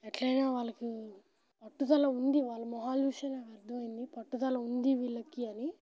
ఎట్లాయినా వాళ్ళకి పట్టుదల ఉంది వాళ్ళ మొహాలు చూస్తే నాకు అర్థమైంది పట్టుదల ఉంది వీళ్ళకి అని